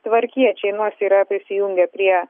tvarkiečiai nors yra prisijungę prie